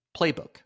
playbook